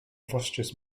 vosges